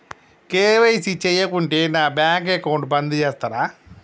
KYC చేయకుంటే నా bank account బంద్ చేస్తరా?